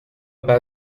باید